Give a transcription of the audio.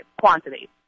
quantity